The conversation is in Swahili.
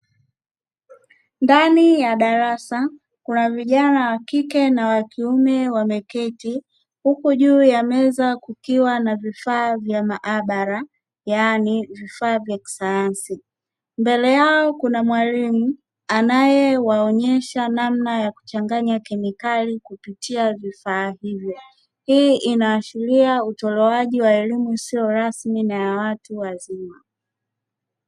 Ndani ya darasa kuna vijana wa kike na wa kiume wameketi huku juu ya meza kukiwa na vifaa vya maabara yaani vifaa vya kisayansi, mbele yao kuna mwalimu anayewaonyesha namna ya kuchanganya kemikali kupitia vifaa hivyo, hii inaashiria utolewaji wa elimu isiyo rasmi na ya watu wazima.